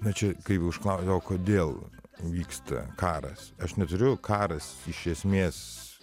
na čia kai užklau o kodėl vyksta karas aš neturiu karas iš esmės